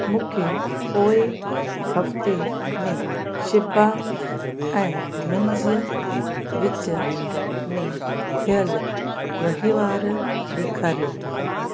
मूंखे पोइ हफ़्ते में शिबा ऐं मुंहिंजे विच में थियलु वहिंवार ॾेखारियो